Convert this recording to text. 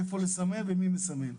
איפה לסמן ומי מסמן.